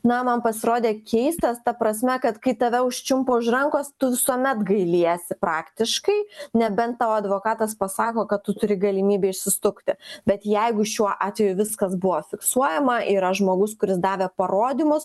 na man pasirodė keistas ta prasme kad kai tave užčiumpa už rankos tu visuomet gailiesi praktiškai nebent tavo advokatas pasako kad tu turi galimybę išsisukti bet jeigu šiuo atveju viskas buvo fiksuojama yra žmogus kuris davė parodymus